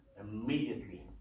immediately